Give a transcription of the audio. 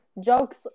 Jokes